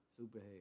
Superhead